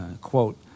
quote